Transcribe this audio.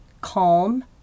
calm